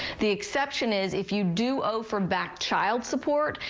the exception is if you do owe for back child support,